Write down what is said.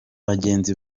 bagenzi